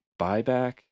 buyback